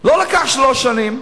לא לקח שלוש שנים,